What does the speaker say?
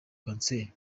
kanseri